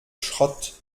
schrott